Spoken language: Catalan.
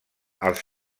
els